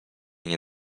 nie